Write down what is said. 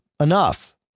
enough